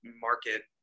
market